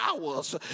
hours